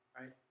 Right